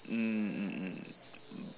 mm mm mm